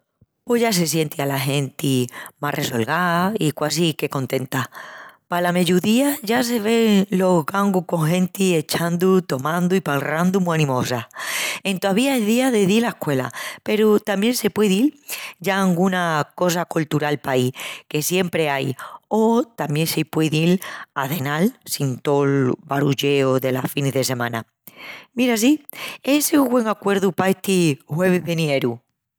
Pos ya se sienti ala genti más resolgá i quasi que contenta. Pala meyudía ya se ven los gangus con genti echandu, tomandu i palrandu mu animosa. Entovía es día de dil a escuela peru tamién se puei dil ya a anguna cosa coltural paí, que siempri ai o tamién se puei dil a cenal sin tol barulleu delas finis de semana. Mira, sí, essi es güen acuerdu pa esti juevis venieru.